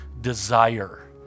desire